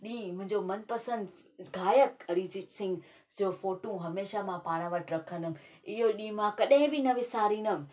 ॾीहुं मुंहिंज़ो मनपसंदि गायक अरिजीत सिंह जो फोटू हमेशह मां पाण वटि रखंदमि इहो ॾीहुं मां कडहिं बि ना विसारींदमि